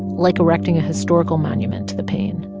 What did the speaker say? like erecting a historical monument to the pain.